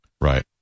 Right